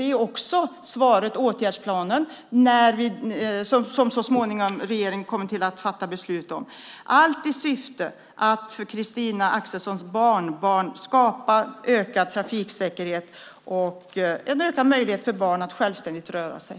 Svaret är också den åtgärdsplan som regeringen så småningom ska fatta beslut om - allt i syfte att skapa en ökad trafiksäkerhet för Christina Axelssons barnbarn och att i övrigt skapa ökade möjligheter för barn att självständigt röra sig.